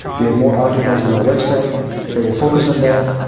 we have more articles on our website that will focus on that.